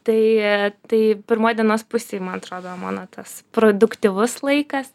tai tai pirmoj dienos pusėj man atrodo mano tas produktyvus laikas